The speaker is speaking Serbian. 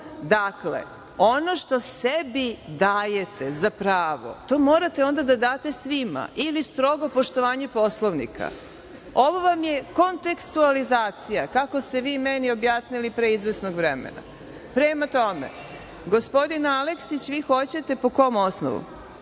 molila, ono što sebi dajete za pravo, to onda morate da date svima ili strogo poštovanje Poslovnika. Ovo vam je kontekstualizacija, kako ste vi meni objasnili pre izvesnog vremena. Gospodine Aleksiću, po kom osnovu